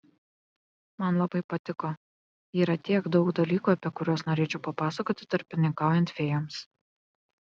man labai patiko yra tiek daug dalykų apie kuriuos norėčiau papasakoti tarpininkaujant fėjoms